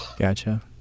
gotcha